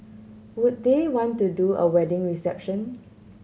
would they want to do a wedding reception